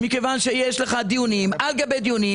מכיוון שיש דיונים על גבי דיונים,